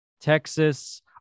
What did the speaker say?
Texas